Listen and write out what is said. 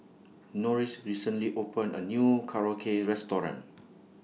Norris recently opened A New Korokke Restaurant